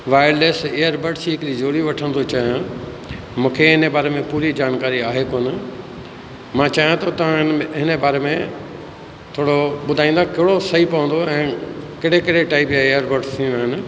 wireless earbuds जी हिकिड़ी जोड़ी वठण थो चाहियां मूंखे इन बारे में पूरी जानकारी आहे कोन मां चाहियां थो तव्हां इनमें हिन बारे में थोरो ॿुधाईंदा कहिड़ो सही पवंदो ऐं कहिड़े कहिड़े टाइप जा ईअरबड्स हूंदा आहिनि